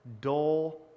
dull